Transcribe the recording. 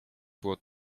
było